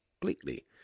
completely